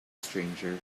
stranger